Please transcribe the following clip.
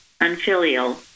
unfilial